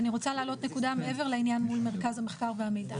אני רוצה לעלות נקודה מעבר לעניין מול מרכז המחקר והמידע.